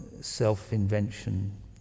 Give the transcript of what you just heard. self-invention